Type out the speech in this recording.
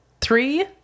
three